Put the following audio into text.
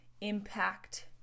impact